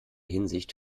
hinsicht